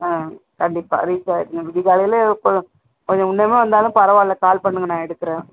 ஆ கண்டிப்பாக ரீச்சாகிட்டு விடியகாலையில எப்போதும் கொஞ்சம் முன்னமே வந்தாலும் பரவாயில்ல கால் பண்ணுங்க நான் எடுக்கிறேன்